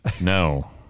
No